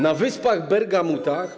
Na wyspach Bergamutach/